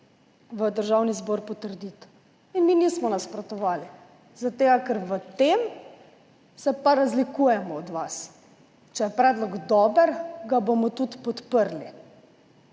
v Državni zbor in ga potrdili. In mi nismo nasprotovali zaradi tega, ker v tem se pa razlikujemo od vas, če je predlog dober, ga bomo tudi podprli.